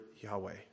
Yahweh